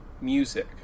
music